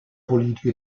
politico